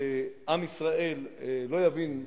שעם ישראל לא יבין,